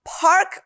Park